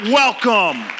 welcome